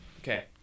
Okay